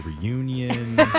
reunion